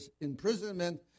imprisonment